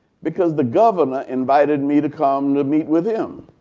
because the governor invited me to come to meet with him.